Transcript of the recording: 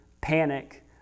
panic